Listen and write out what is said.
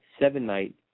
seven-night